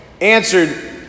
answered